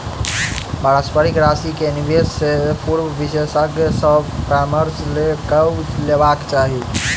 पारस्परिक राशि के निवेश से पूर्व विशेषज्ञ सॅ परामर्श कअ लेबाक चाही